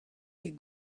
ket